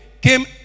came